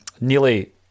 nearly